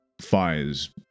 fires